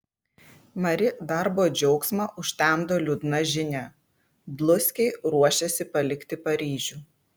mari darbo džiaugsmą užtemdo liūdna žinia dluskiai ruošiasi palikti paryžių